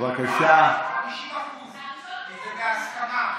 ביקשו להודיע לך שעל זה הם משלמים מס 50%,